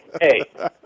Hey